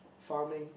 farming